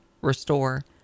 restore